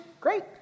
Great